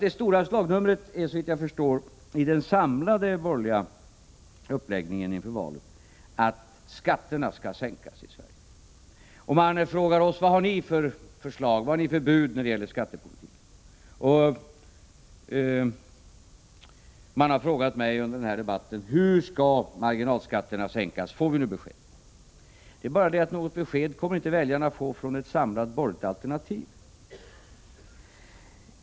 Det stora slagnumret i den samlade borgerliga uppläggningen inför valet är, såvitt jag förstår, att skatterna skall sänkas i Sverige. Man frågar oss: Vad har ni för bud när det gäller skattepolitiken? Man har frågat mig under den här debatten: Hur skall marginalskatterna sänkas? Får vi nu besked! Men väljarna kommer inte att få något besked från ett samlat borgerligt alternativ!